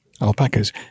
alpacas